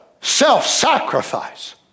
self-sacrifice